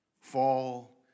fall